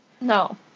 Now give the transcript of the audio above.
No